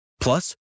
Plus